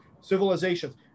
civilizations